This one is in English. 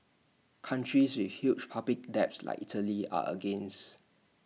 countries with huge public debts like Italy are against